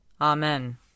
Amen